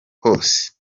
hose